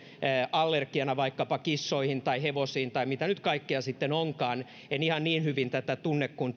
allergiana vaikkapa kissoihin tai hevosiin tai mitä kaikkea nyt sitten onkaan en ihan niin hyvin tätä tunne kuin